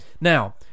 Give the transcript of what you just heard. Now